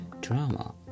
Drama